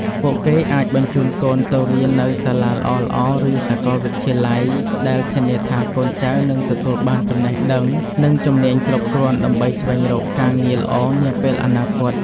ពួកគេអាចបញ្ជូនកូនទៅរៀននៅសាលាល្អៗ ឬសាកលវិទ្យាល័យ ដែលធានាថាកូនចៅនឹងទទួលបានចំណេះដឹង និងជំនាញគ្រប់គ្រាន់ដើម្បីស្វែងរកការងារល្អនាពេលអនាគត។